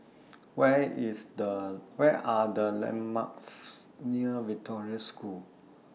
Where IS The Where Are The landmarks near Victoria School